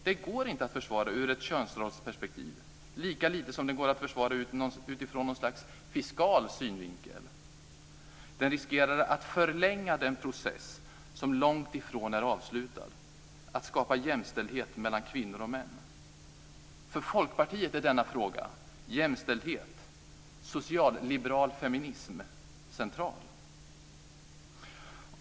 Den går inte att försvara ur ett könsrollsperspektiv, lika lite som den går att försvara ur något slags fiskal synvinkel. Reglerna om sambeskattning riskerar att förlänga den process som långt ifrån är avslutad, att skapa jämställdhet mellan kvinnor och män. För Folkpartiet är frågan om jämställdhet och socialliberal feminism central.